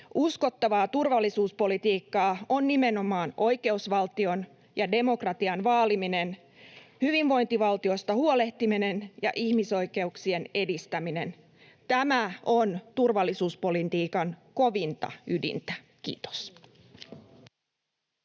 Uskottavaa turvallisuuspolitiikkaa on nimenomaan oikeusvaltion ja demokratian vaaliminen, hyvinvointivaltiosta huolehtiminen ja ihmisoikeuksien edistäminen. Tämä on turvallisuuspolitiikan kovinta ydintä. — Kiitos.